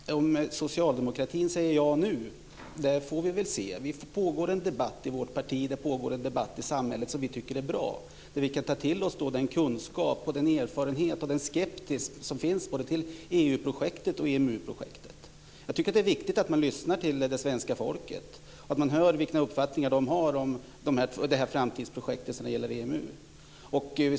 Fru talman! Vi får väl se om socialdemokratin säger ja nu. Det pågår en debatt i vårt parti, och det pågår en debatt i samhället, som vi tycker är bra. Där kan vi ta till oss den kunskap, den erfarenhet och den skepsis som finns till både EU-projektet och EMU projektet. Det är viktigt att man lyssnar på svenska folket och hör vilka uppfattningar de har om detta framtidsprojekt som gäller EMU.